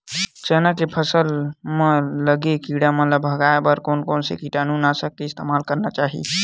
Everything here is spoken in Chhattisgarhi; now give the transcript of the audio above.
चना के फसल म लगे किड़ा मन ला भगाये बर कोन कोन से कीटानु नाशक के इस्तेमाल करना चाहि?